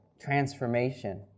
transformation